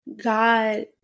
God